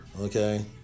okay